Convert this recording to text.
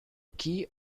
key